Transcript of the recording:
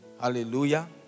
Hallelujah